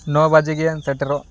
ᱱᱚ ᱵᱟᱡᱮᱜᱮᱢ ᱥᱮᱴᱮᱨᱚᱜ